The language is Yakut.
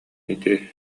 ити